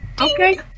Okay